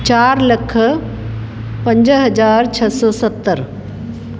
चार लख पंज हज़ार छह सौ सतरि